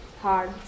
hard